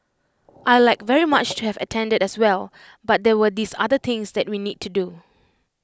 I'd like very much to have attended as well but there were these other things that we need to do